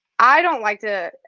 i don't like to,